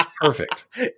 perfect